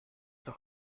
doch